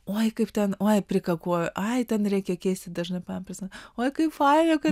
oi kaip ten oi prikakojo ai ten reikia keisti dažnai pampersą oi kaip faina